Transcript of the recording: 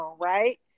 right